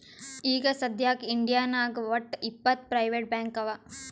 ಈಗ ಸದ್ಯಾಕ್ ಇಂಡಿಯಾನಾಗ್ ವಟ್ಟ್ ಇಪ್ಪತ್ ಪ್ರೈವೇಟ್ ಬ್ಯಾಂಕ್ ಅವಾ